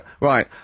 right